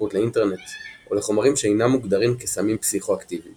התמכרות לאינטרנט או לחומרים שאינם מוגדרים כסמים פסיכואקטיביים